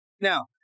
Now